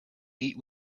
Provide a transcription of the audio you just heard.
eat